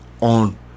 on